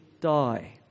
die